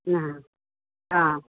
నా